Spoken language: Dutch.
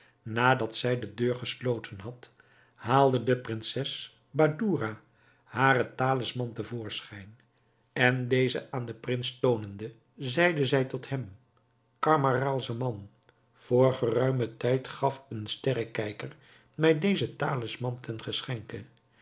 nadat zij de deur gesloten had haalde de prinses badoura haren talisman te voorschijn en dezen aan den prins toonende zeide zij tot hem camaralzaman voor geruimen tijd gaf een sterrekijker mij dezen talisman ten geschenke